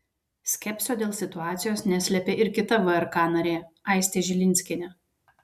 skepsio dėl situacijos neslėpė ir kita vrk narė aistė žilinskienė